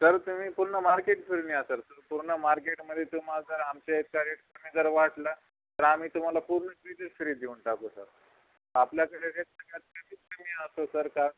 sir तुम्ही पूर्ण market फिरुन या सर सर पूर्ण मार्केटमध्ये तुम्ही जर आमच्या इतका रेट कमी जर वाटलं तर आम्ही तुम्हाला पूर्ण फ्रीजच फ्री देऊन टाकू सर आपल्याकडे रेट सगळंच कमी असतो सर का